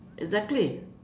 exactly